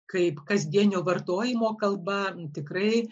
kaip kasdienio vartojimo kalba tikrai